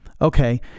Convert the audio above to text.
Okay